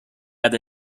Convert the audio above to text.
had